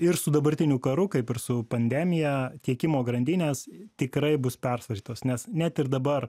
ir su dabartiniu karu kaip ir su pandemija tiekimo grandinės tikrai bus persvarstytos nes net ir dabar